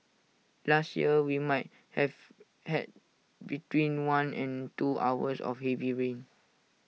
last year we might have had between one and two hours of heavy rain